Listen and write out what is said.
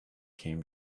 came